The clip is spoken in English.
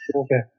okay